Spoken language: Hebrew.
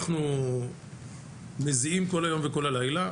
אנחנו מזיעים כל היום וכל הלילה,